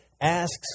asks